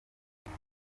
ibyo